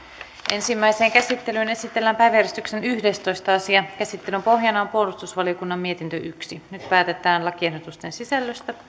ensimmäiseen käsittelyyn esitellään päiväjärjestyksen yhdestoista asia käsittelyn pohjana on puolustusvaliokunnan mietintö yksi nyt päätetään lakiehdotusten sisällöstä